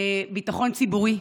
ביטחון ציבורי,